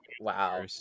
Wow